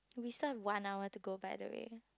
we still have one hour to go by the way